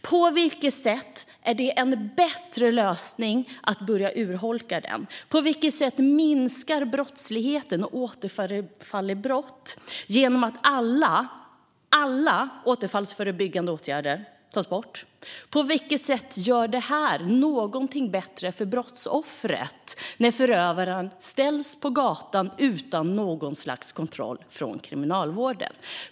På vilket sätt är det en bättre lösning att börja urholka den? På vilket sätt minskar brottsligheten och återfall i brott genom att alla återfallsförebyggande åtgärder tas bort? På vilket sätt gör detta det bättre för brottsoffret, när förövaren ställs på gatan utan något slags kontroll från Kriminalvården?